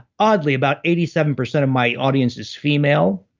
oddly about eighty seven percent of my audience is female.